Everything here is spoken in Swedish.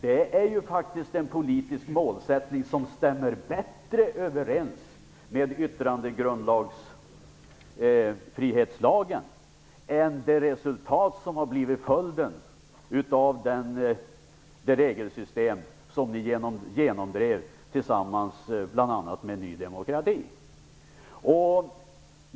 Det är faktiskt en politisk målsättning som stämmer bättre överens med yttrandefrihetsgrundlagen än det resultat som har blivit följden av det regelsystem som ni genomdrev tillsammans med bl.a. Ny demokrati.